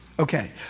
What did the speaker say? Okay